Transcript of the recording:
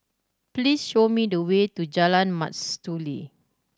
please show me the way to Jalan Mastuli